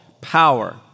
power